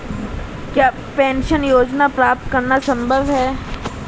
क्या पेंशन योजना प्राप्त करना संभव है?